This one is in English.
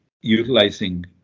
utilizing